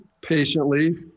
patiently